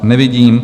Nevidím.